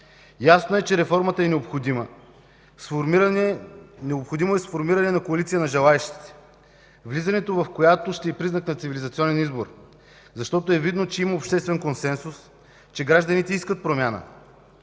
Ясно е, че реформата е необходима. Необходимо е сформиране на коалиция на желаещите, влизането в която ще е признак на цивилизационен избор, защото е видно, че има обществен консенсус, че гражданите искат промяна.